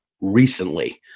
recently